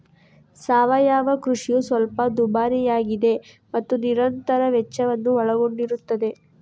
ಸಾವಯವ ಕೃಷಿಯು ಸ್ವಲ್ಪ ದುಬಾರಿಯಾಗಿದೆ ಮತ್ತು ನಿರಂತರ ವೆಚ್ಚವನ್ನು ಒಳಗೊಂಡಿರುತ್ತದೆ